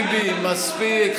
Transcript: חבר הכנסת טיבי, מספיק.